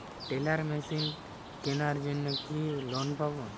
Teller machine কেনার জন্য কি লোন পাব?